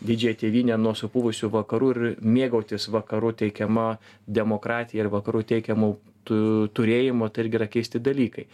didžiąją tėvynę nuo supuvusių vakarų ir mėgautis vakarų teikiama demokratija ir vakarų teikiamu tu turėjimu tai irgi yra keisti dalykai